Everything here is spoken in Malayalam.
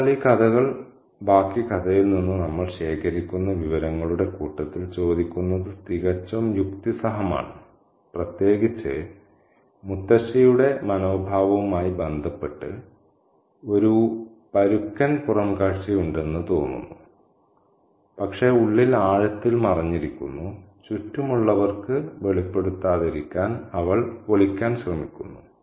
അതിനാൽ ഈ കഥകൾ ബാക്കി കഥയിൽ നിന്ന് നമ്മൾ ശേഖരിക്കുന്ന വിവരങ്ങളുടെ കൂട്ടത്തിൽ ചോദിക്കുന്നത് തികച്ചും യുക്തിസഹമാണ് പ്രത്യേകിച്ച് മുത്തശ്ശിയുടെ മനോഭാവവുമായി ബന്ധപ്പെട്ട് ഒരു പരുക്കൻ പുറംകാഴ്ചയുണ്ടെന്ന് തോന്നുന്നു പക്ഷേ ഉള്ളിൽ ആഴത്തിൽ മറഞ്ഞിരിക്കുന്നു ചുറ്റുമുള്ളവർക്ക് വെളിപ്പെടുത്താതിരിക്കാൻ അവൾ ഒളിക്കാൻ ശ്രമിക്കുന്നു